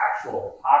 actual